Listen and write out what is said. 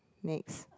next